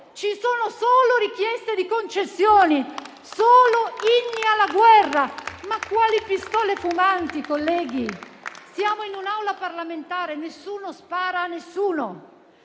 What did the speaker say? ci sono solo richieste di concessioni, solo inni alla guerra. Ma quali pistole fumanti, colleghi? Siamo in un'Aula parlamentare: nessuno spara a nessuno.